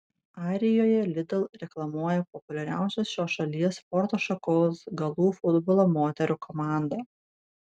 arijoje lidl reklamuoja populiariausios šios šalies sporto šakos galų futbolo moterų komanda